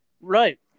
Right